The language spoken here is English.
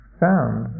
sound